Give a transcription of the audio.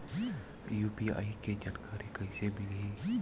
UPI के जानकारी कइसे मिलही?